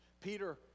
peter